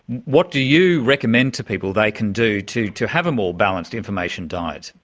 what do you recommend to people they can do to to have a more balanced information diet?